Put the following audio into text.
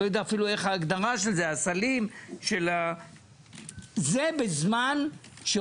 והמחירים של המוצרים בחנויות, בסופרים לא גבוהים.